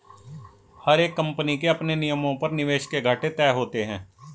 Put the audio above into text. हर एक कम्पनी के अपने नियमों पर निवेश के घाटे तय होते हैं